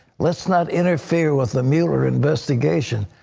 let's not interfere with the mueller investigation.